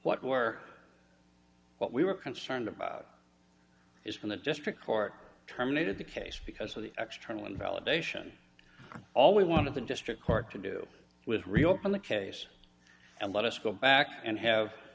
what work what we were concerned about is from the district court terminated the case because of the external validation all we want of the district court to do with reopen the case and let us go back and have